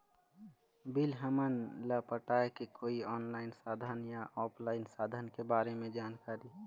Bill हमन ला पटाए के कोई ऑनलाइन साधन या ऑफलाइन साधन के बारे मे जानकारी?